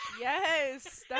yes